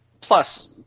Plus